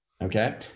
Okay